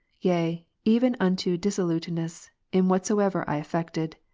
yea, even unto dissoluteness in whatsoever i affected.